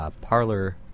parlor